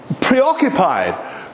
preoccupied